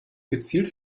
gezielt